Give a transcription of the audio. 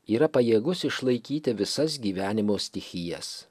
yra pajėgus išlaikyti visas gyvenimo stichijas